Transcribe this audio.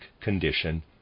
condition